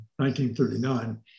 1939